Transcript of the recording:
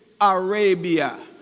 Arabia